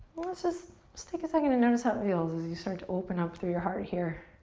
let's just just take a second and notice how it feels as you start to open up through your heart here.